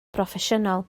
broffesiynol